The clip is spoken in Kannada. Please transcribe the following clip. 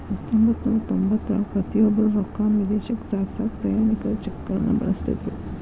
ಹತ್ತೊಂಬತ್ತನೂರ ತೊಂಬತ್ತರಾಗ ಪ್ರತಿಯೊಬ್ರು ರೊಕ್ಕಾನ ವಿದೇಶಕ್ಕ ಸಾಗ್ಸಕಾ ಪ್ರಯಾಣಿಕರ ಚೆಕ್ಗಳನ್ನ ಬಳಸ್ತಿದ್ರು